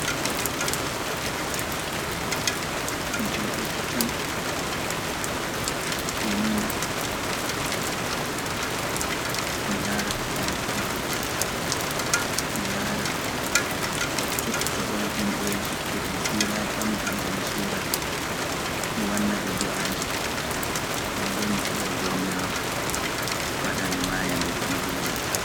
Mi jooɗoto tan, mi nuuma, mi laara ko handi, mi waɗa, mi laara, to ɗoon himɓeeji e ɗum suura e pam, mi haɓda, mi suura ɓe, mi wanna ɓe du'aaji, ɗen boo mi toroo joomiraawo, waɗa mi maaya nder Imani.